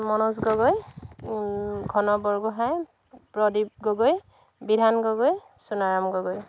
Manoj Gogoi Ghana Borgohain Pradip Gogoi Bidhan Gogoi Sonaram Gogoi